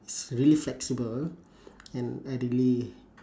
it's really flexible and I really